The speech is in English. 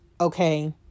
okay